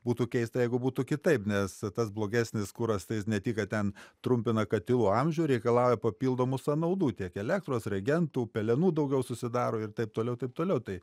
būtų keista jeigu būtų kitaip nes tas blogesnis kuras tai jis ne tik kad ten trumpina katilų amžių reikalauja papildomų sąnaudų tiek elektros regentų pelenų daugiau susidaro ir taip toliau taip toliau tai